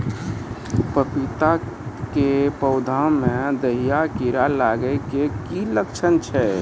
पपीता के पौधा मे दहिया कीड़ा लागे के की लक्छण छै?